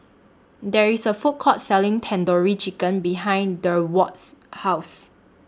There IS A Food Court Selling Tandoori Chicken behind Durward's House